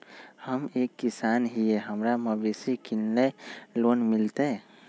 हम एक किसान हिए हमरा मवेसी किनैले लोन मिलतै?